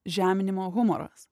žeminimo humoras